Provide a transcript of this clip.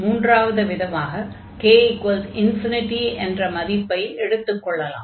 மூன்றாவது விதமாக k∞ என்ற மதிப்பை எடுத்துக் கொள்ளலாம்